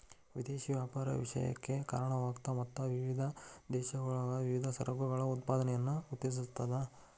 ವಿದೇಶಿ ವ್ಯಾಪಾರ ವಿಶೇಷತೆಕ್ಕ ಕಾರಣವಾಗ್ತದ ಮತ್ತ ವಿವಿಧ ದೇಶಗಳೊಳಗ ವಿವಿಧ ಸರಕುಗಳ ಉತ್ಪಾದನೆಯನ್ನ ಉತ್ತೇಜಿಸ್ತದ